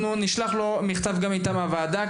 אנחנו נשלח לו גם מכתב מטעם הוועדה,